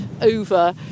over